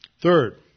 Third